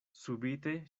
subite